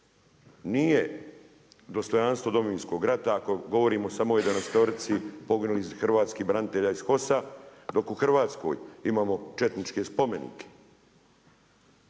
Nije dostojanstvo Domovinskog rata ako govorimo samo o jedanaestorici poginulih hrvatskih branitelja iz HOS-a dok u Hrvatskoj imamo četničke spomenike.